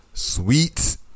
Sweet